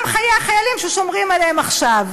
וגם חיי החיילים ששומרים עליהם עכשיו.